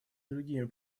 другими